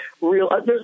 real